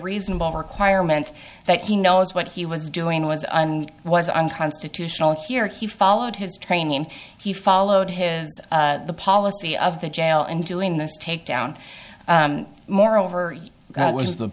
reasonable requirement that he knows what he was doing was was unconstitutional here he followed his training he followed his policy of the jail and doing this takedown moreover it was the